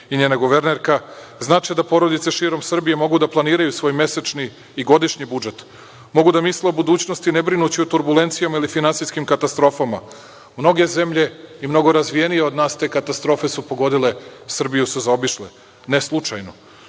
i njena guvernerka, znači da porodice širom Srbije mogu da planiraju svoj mesečni i godišnji budžet. Mogu da misle o budućnosti, ne brinući o turbulencijama ili finansijskim katastrofama. Mnoge zemlje i mnogo razvijenije od nas te katastrofe su pogodile, Srbiju su zaobišle, ne slučajno.